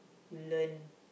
you learn